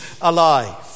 alive